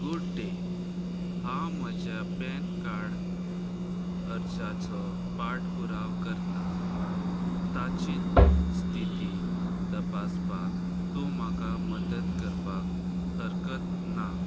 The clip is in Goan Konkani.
गूड डे हांव म्हज्या पॅन कार्ड अर्जाचो पाठ पुराव करतां ताची स्थिती तपासपाक तूं म्हाका मदत करपाक हरकत ना